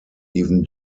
even